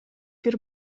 бир